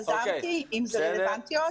אני חזרתי, אם זה רלוונטי עוד.